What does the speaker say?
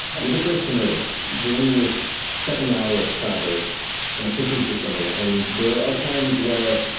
you're the first to notice. within this second hour of travel kind of pushing through this jungle. and there are times where,